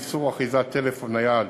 איסור אחיזת טלפון נייד